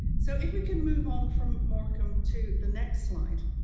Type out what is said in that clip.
so, if we can move on from morecambe to the next slide,